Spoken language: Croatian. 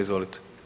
Izvolite.